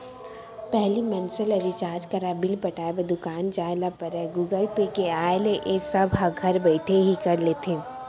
पहिली मनसे ल रिचार्ज कराय, बिल पटाय बर दुकान जाय ल परयए गुगल पे के आय ले ए सब ह घर बइठे ही कर लेथे